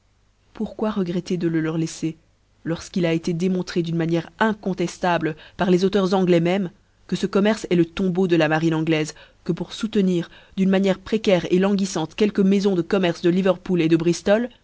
pourquoi regretter de le leur biffer lorfquil a été démontré d'une manière inconteftable par les auteurs anglois même que ce commerce eft le tombeau de la marine angloife que pour foutenir d'une manière précaire languie quelques maifons de commerce de liverpool de briftol